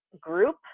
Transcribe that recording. group